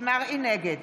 נגד